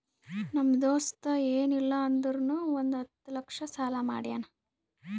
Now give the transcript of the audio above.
ನಮ್ ದೋಸ್ತ ಎನ್ ಇಲ್ಲ ಅಂದುರ್ನು ಒಂದ್ ಹತ್ತ ಲಕ್ಷ ಸಾಲಾ ಮಾಡ್ಯಾನ್